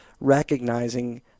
recognizing